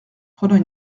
prenant